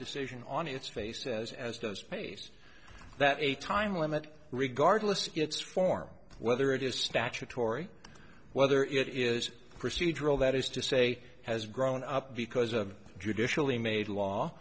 decision on its face says as does pays that a time limit regardless of its form whether it is statutory whether it is procedural that is to say has grown up because a judicially made law